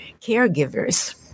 caregivers